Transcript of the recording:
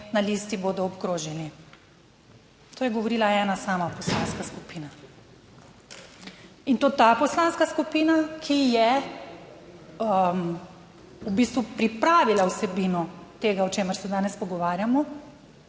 na listi bodo obkrožili." - to je govorila ena sama poslanska skupina. In to ta poslanska skupina, ki je v bistvu pripravila vsebino tega, o čemer se danes pogovarjamo,